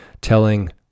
telling